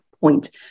point